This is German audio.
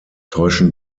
täuschen